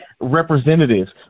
representatives